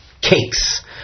cakes